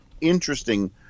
interesting